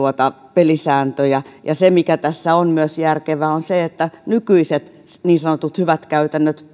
pelisääntöjä se mikä tässä myös on järkevää on se että tässä pidetään sisällä nykyiset niin sanotut hyvät käytännöt